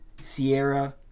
Sierra